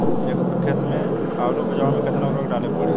एक एकड़ खेत मे आलू उपजावे मे केतना उर्वरक डाले के पड़ी?